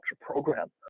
program